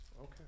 Okay